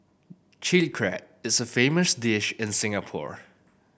Chilli Crab is a famous dish in Singapore